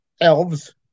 elves